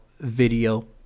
video